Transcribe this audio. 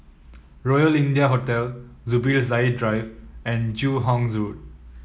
Royal India Hotel Zubir Said Drive and Joo Hong Road